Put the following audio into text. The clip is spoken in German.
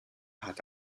hat